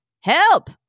Help